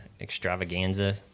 extravaganza